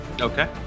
Okay